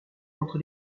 entre